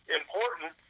important